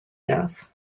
death